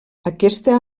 aquesta